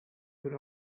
would